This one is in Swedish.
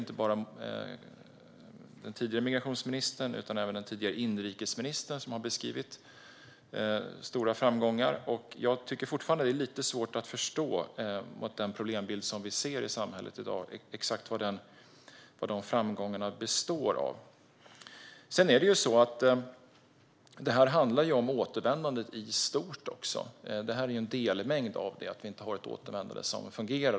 Inte bara den tidigare migrationsministern utan även den tidigare inrikesministern har beskrivit stora framgångar. Jag tycker fortfarande att det är lite svårt att förstå, med tanke på den problembild vi ser i samhället i dag, exakt vad de framgångarna består av. Det handlar om återvändandet i stort. Ett återvändande som inte fungerar är en delmängd.